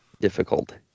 difficult